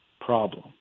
problem